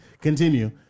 continue